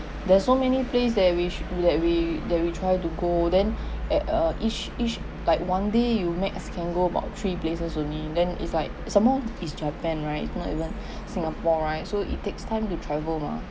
there's so many place there which that we that we try to go then at uh each each like one day you make as can go about three places only then it's like some more it's japan right it's not even singapore right so it takes time to travel mah